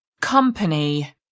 company